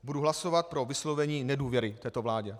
Budu hlasovat pro vyslovení nedůvěry této vládě.